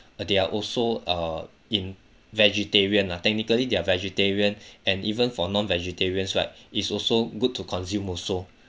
they are also err in vegetarian lah technically they are vegetarian and even for non vegetarians right is also good to consume also